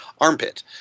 armpit